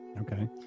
Okay